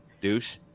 Douche